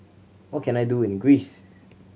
what can I do in Greece